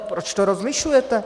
Proč to rozlišujete?